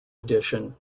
edition